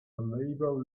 labor